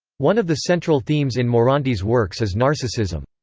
one of the central themes in morante's works is narcissism.